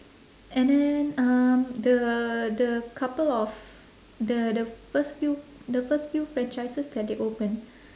and then um the the couple of the the first few the first few franchises that they open